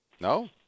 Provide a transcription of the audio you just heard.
No